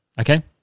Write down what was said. okay